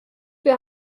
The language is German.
wir